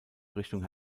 richtung